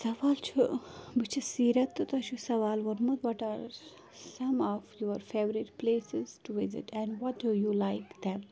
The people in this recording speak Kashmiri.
سَوال چھُ بہٕ چھَس سیٖرت تہٕ تُہۍ چھُ سَوال ووٚنمُت what are some of your favourite places to visit and what do you like them